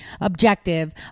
objective